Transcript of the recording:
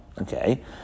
Okay